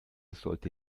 sollte